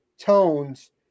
tones